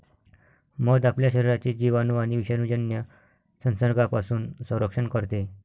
मध आपल्या शरीराचे जिवाणू आणि विषाणूजन्य संसर्गापासून संरक्षण करते